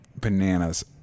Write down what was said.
Bananas